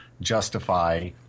justify